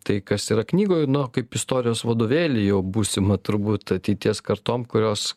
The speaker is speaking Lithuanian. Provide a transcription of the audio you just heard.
tai kas yra knygoj nu kaip istorijos vadovėlį o būsimą turbūt ateities kartom kurios